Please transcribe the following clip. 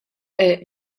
est